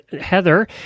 Heather